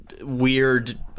weird